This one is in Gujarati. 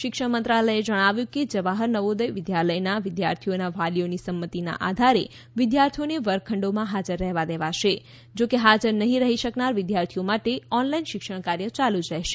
શિક્ષણ મંત્રાલયે જણાવ્યું કે જવાહર નવોદર વિદ્યાલયના વિદ્યાર્થીઓના વાલીઓની સંમતિના આધારે વિદ્યાર્થીઓને વર્ગખંડોમાં હાજર રહેવા દેવાશે જોકે હાજર નહીં રહી શકનાર વિદ્યાર્થીઓ માટે ઓનલાઈન શિક્ષણ કાર્ય ચાલુ જ રહેશે